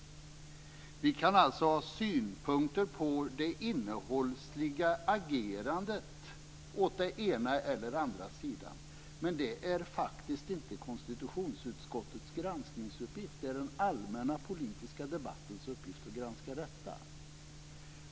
Vi kan alltså ha synpunkter på det innehållsliga agerandet åt ena eller andra sidan, men det är faktiskt inte konstitutionsutskottets granskningsuppgift. Det är den allmänna politiska debattens uppgift att granska detta.